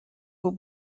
will